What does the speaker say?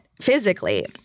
physically